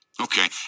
Okay